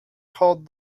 called